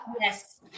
yes